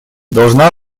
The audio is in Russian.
должна